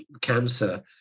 cancer